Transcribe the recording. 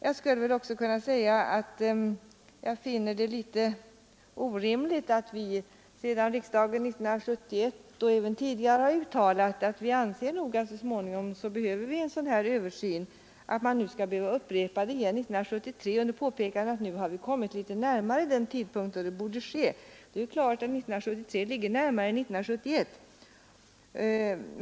Eftersom vi sedan riksdagen 1971 och även tidigare uttalat att man så småningom behöver en sådan här översyn, finner jag det litet egendomligt att nu behöva upprepa detta år 1973 under påpekande att vi nu kommit litet närmare den tidpunkt då det borde ske. Det är klart att 1973 ligger närmare än 1971.